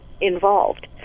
involved